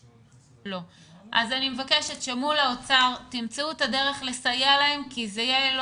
אני מבקשת שמול האוצר תמצאו את הדרך לסייע להם כי זה יהיה לא